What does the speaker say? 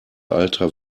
alter